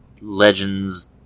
Legends